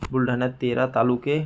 बुलढाण्यात तेरा तालुके